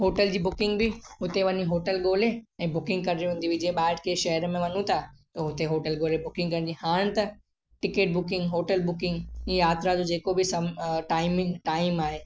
hotel जी booking बि हुते वञी होटल ॻोल्हे ऐं बुकिंग करिणी हूंदी हुई जीअं ॿाहिरि कंहिं शहर में वञूं था त उते होटल ॻोल्हे बुकिंग करिणी हाणे त टिकेट बुकिंग होटल बुकिंग यात्रा जो जेको बि टाइमिंग टाइम आहे